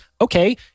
okay